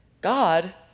God